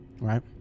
right